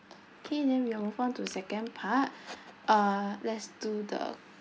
K then we'll move on to second part uh let's do the